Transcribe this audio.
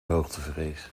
hoogtevrees